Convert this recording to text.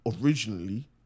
originally